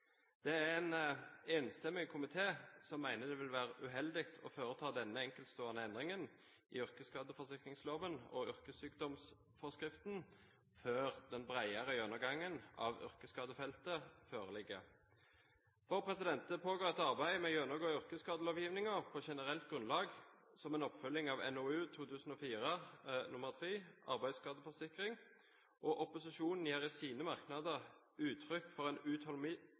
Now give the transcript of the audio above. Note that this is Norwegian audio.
Det er en enstemmig komité som mener det vil være uheldig å foreta denne enkeltstående endringen i yrkesskadeforsikringsloven og yrkessykdomsforskriften før utfallet av den bredere gjennomgangen av yrkesskadefeltet foreligger. Det pågår et arbeid med å gjennomgå yrkesskadelovgivningen på generelt grunnlag som en oppfølging av NOU 2004:3 Arbeidsskadeforsikring. Opposisjonen gir i sine merknader uttrykk for en